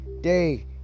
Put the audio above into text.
day